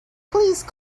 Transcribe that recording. please